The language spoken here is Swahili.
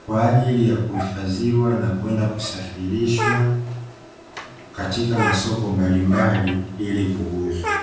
kwa ajili ya kuhifadhiwa na kwenda kusafirishwa katika masoko mbalimbali ili kuuzwa.